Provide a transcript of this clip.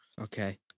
Okay